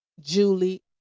Julie